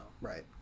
Right